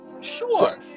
Sure